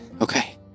okay